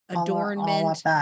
Adornment